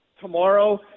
Tomorrow